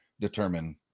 determine